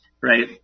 Right